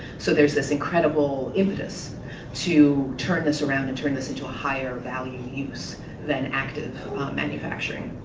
so there's this incredible impetus to turn this around and turn this into a higher value use than active manufacturing.